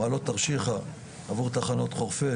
מעלות תרשיחה עבור התחנות חורפיש,